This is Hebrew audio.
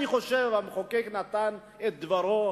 אני חושב שהמחוקק אמר את דברו,